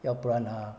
要不然 ha